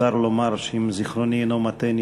מותר לומר שאם זיכרוני אינו מטעני,